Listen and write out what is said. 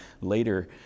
later